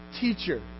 Teacher